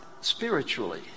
spiritually